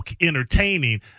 entertaining